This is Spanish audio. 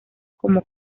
como